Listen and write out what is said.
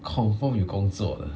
confirm 有工作的